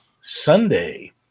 Sunday